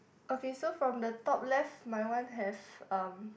okay so from the top left my one have um